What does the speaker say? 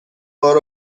بار